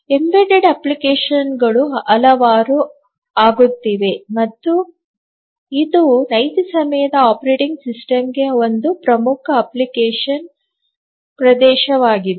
embedded ಅಪ್ಲಿಕೇಶನ್ಗಳು ಹಲವಾರು ಆಗುತ್ತಿವೆ ಮತ್ತು ಇದು ನೈಜ ಸಮಯದ ಆಪರೇಟಿಂಗ್ ಸಿಸ್ಟಮ್ಗೆ ಒಂದು ಪ್ರಮುಖ ಅಪ್ಲಿಕೇಶನ್ ಪ್ರದೇಶವಾಗಿದೆ